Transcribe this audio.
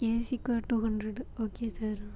ஏசிக்கு two hundred okay sir